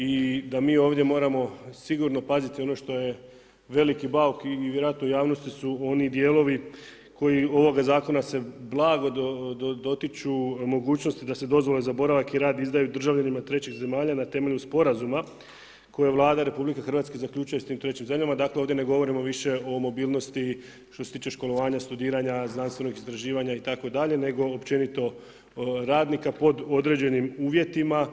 I da mi ovdje moramo sigurno paziti ono što je veliki bauk i vjerojatno u javnosti su oni dijelovi koji ovoga zakona se blago dotiču mogućnosti da se dozvole za boravak i rad izdaju državljanima trećih zemalja na temelju sporazuma koje Vlada RH zaključuje sa tim trećim zemljama, dakle ovdje ne govorimo više o mobilnosti što se tiče školovanja, studiranja, znanstvenih istraživanja itd., nego općenito radnika pod određenim uvjetima.